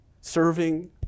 serving